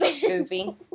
Goofy